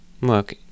Look